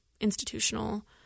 institutional